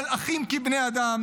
מלאכים כבני אדם,